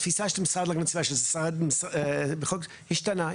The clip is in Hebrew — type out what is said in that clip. התפיסה של המשרד להגנת הסביבה לגבי החוק השתנתה.